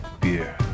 beer